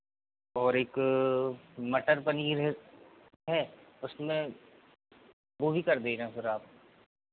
और एक मटर पनीर है उसमें वो भी कर देना सर आप